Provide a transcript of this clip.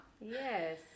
Yes